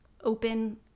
open